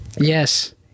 Yes